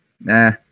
nah